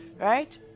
right